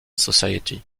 society